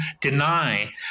deny